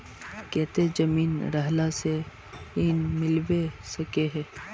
केते जमीन रहला से ऋण मिलबे सके है?